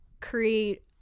create